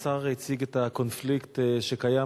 השר הציג את הקונפליקט שקיים,